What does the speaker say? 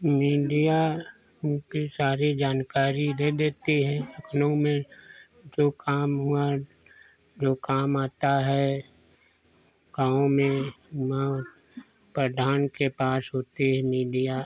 media उनकी सारी जानकारी दे देती है लखनऊ में जो काम हुआ जो काम आता है गाँव में हुआ प्रधान के पास होती है मीडिया